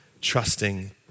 trusting